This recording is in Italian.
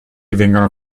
vengono